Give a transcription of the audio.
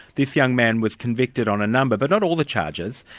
this young man was convicted on a number, but not all the charges.